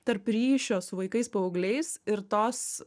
tarp ryšio su vaikais paaugliais ir tos